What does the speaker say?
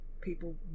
people